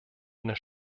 einer